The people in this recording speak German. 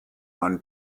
man